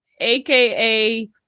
aka